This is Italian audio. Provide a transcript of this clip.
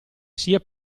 sia